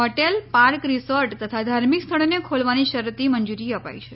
hotel park resort તથા ધાર્મિક સ્થળોને ખોલવાની શરતી મંજૂરી અપાઈ છે